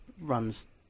runs